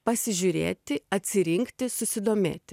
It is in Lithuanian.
pasižiūrėti atsirinkti susidomėti